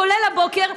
כולל הבוקר,